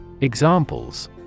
Examples